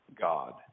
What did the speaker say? God